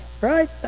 right